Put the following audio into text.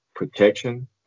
protection